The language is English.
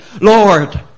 Lord